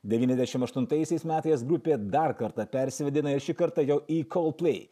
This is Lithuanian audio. devyniasdešim aštuntaisiais metais grupė dar kartą persivadina ir šį kartą jau į coldplay